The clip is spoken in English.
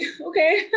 okay